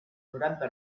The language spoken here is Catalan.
noranta